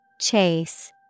Chase